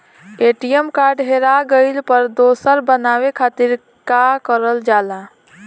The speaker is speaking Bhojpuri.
ए.टी.एम कार्ड हेरा गइल पर दोसर बनवावे खातिर का करल जाला?